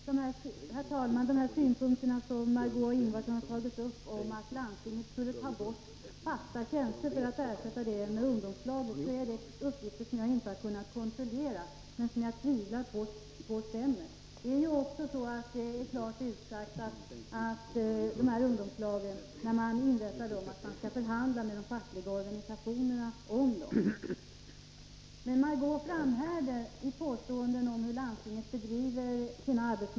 Herr talman! Margö Ingvardsson säger att landstinget skulle ta bort fasta tjänster och ersätta dem med ungdomslagen. Detta är uppgifter som jag inte har kunnat kontrollera, men jag tvivlar på att de stämmer. Det är klart utsagt att man vid inrättandet av ungdomslagen skall förhandla med de fackliga organisationerna.